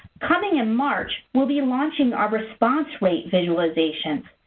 coming in march, we'll be launching our response rate visualization.